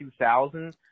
2000